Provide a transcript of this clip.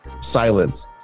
silence